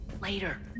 Later